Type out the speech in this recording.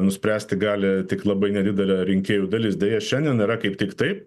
nuspręsti gali tik labai nedidelė rinkėjų dalis deja šiandien yra kaip tik taip